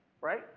Right